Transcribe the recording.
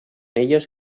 ellos